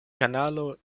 kanalo